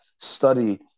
study